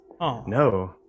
No